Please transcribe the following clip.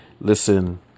listen